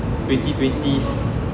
twenty twenties